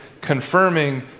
confirming